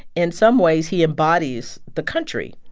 in some ways, he embodies the country.